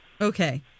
okay